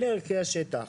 אלה ערכי השטח.